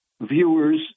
viewers